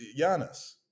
Giannis